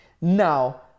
Now